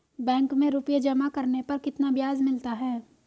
Bank में रुपये जमा करने पर कितना ब्याज मिलता है?